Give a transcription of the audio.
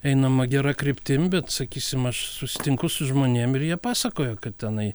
einama gera kryptim bet sakysim aš susitinku su žmonėm ir jie pasakoja kad tenai